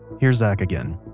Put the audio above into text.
here's zach again